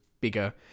bigger